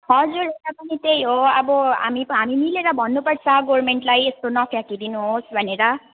हजुर यहाँ पनि त्यही हो अब हामी त हामीले मिलेर भन्नुपर्छ गभर्मेन्टलाई यस्तो नफ्याँकिदिनुहोस् भनेर